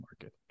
market